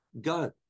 go